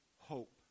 hope